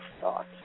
thought